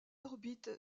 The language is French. orbite